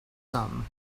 some